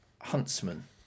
Huntsman